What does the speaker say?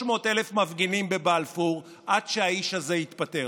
300,000 מפגינים בבלפור, עד שהאיש הזה יתפטר.